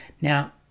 Now